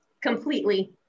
completely